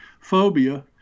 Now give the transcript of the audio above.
phobia